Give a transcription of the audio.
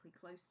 close